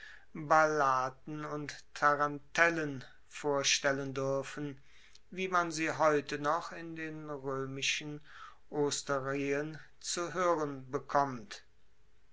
ballaten und tarantellen vorstellen duerfen wie man sie heute noch in den roemischen osterien zu hoeren bekommt